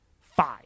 Five